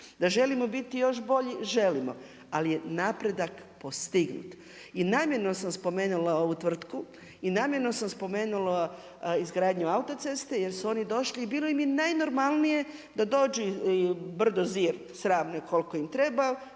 da želimo biti još bolji želimo, ali je napredak postignut. I namjerno sam spomenula ovu tvrtku i namjerno sam spomenula izgradnju autoceste, jer su oni došli i bilo im je najnormalnije da dođu i brdo Zir sravne koliko im treba,